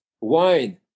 wine